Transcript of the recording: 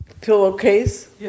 pillowcase